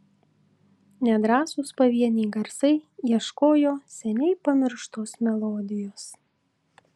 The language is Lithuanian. nedrąsūs pavieniai garsai ieškojo seniai pamirštos melodijos